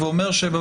אז למעשה,